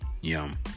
Yum